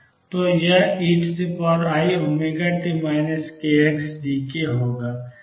तो यह eiωt kxd k होगा